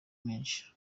menshi